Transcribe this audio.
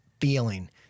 feeling